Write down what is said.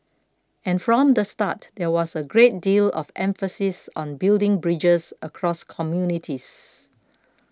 and from the start there was a great deal of emphasis on building bridges across communities